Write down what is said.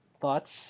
thoughts